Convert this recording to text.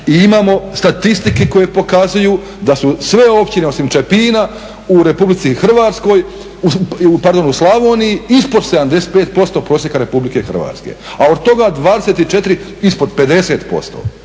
i imamo statistike koje pokazuju da su sve općine osim Čepina u Republici Hrvatskoj, pardon u Slavoniji ispod 75% prosjeka Republike Hrvatske, a od toga 24 ispod 50%.